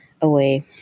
away